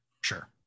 Sure